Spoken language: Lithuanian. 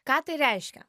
ką tai reiškia